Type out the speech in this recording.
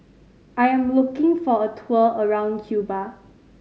I am looking for a tour around Cuba